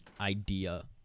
idea